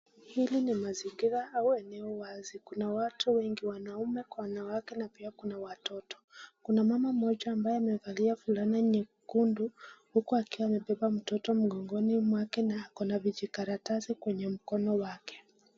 Hili ni mazingira au eneo wazi. Kuna watu wengi wanaume ,kwa wanawake na pia kuna watoto. Kuna mama mmoja ambaye amevalia fulana nyekundu, huku akiwa amebeba mtoto mgongoni mwake na akona vijikaratasi kwenye mkono wake.